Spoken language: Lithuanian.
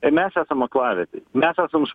tai mes esam aklavietėj mes esam